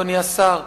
אדוני השר?